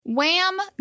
Wham